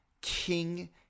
king